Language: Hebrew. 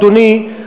אדוני,